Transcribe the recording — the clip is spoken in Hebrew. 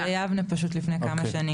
קרה גם עם תושבי יבנה, פשוט לפני כמה שנים.